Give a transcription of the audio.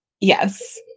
Yes